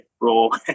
role